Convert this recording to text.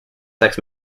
sex